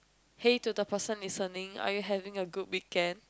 hey to the person listening are you having a good weekend